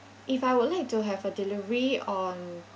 if I would like to have a delivery on